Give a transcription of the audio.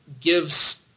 gives